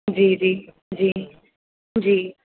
जी जी जी जी